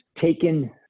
taken